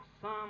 Psalm